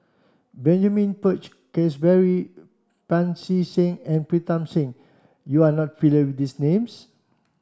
Benjamin Peach Keasberry Pancy Seng and Pritam Singh you are not with these names